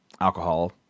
alcohol